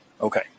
Okay